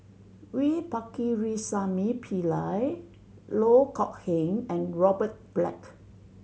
V Pakirisamy Pillai Loh Kok Heng and Robert Black